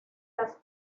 las